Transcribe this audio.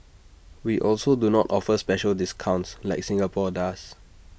we also do not offer special discounts like Singapore does